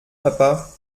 papa